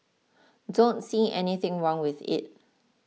don't see anything wrong with it